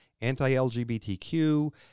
anti-LGBTQ